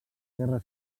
guerra